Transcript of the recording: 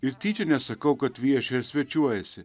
ir tyčia nesakau kad vieši ir svečiuojasi